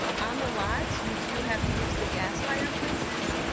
on the lots, you do have to use the gas fire places.